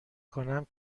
کنم